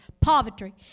poverty